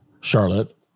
Charlotte